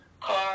car